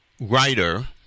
writer